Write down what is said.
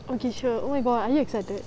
okay sure oh my god are you excited